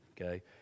Okay